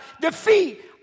defeat